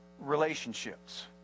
relationships